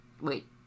Wait